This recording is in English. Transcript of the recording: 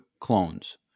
clones